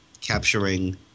capturing